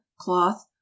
cloth